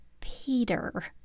Peter